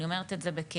אני אומרת את זה בכאב.